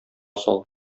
сал